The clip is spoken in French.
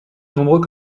nombreux